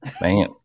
Man